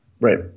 Right